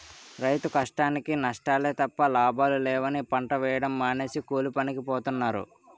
రైతు కష్టానికీ నష్టాలే తప్ప లాభాలు లేవని పంట వేయడం మానేసి కూలీపనికి పోతన్నారు